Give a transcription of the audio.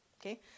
Okay